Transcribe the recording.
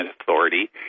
authority